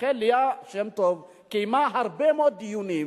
לכן, ליה שמטוב קיימה הרבה מאוד דיונים,